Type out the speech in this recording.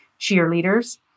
cheerleaders